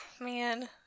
Man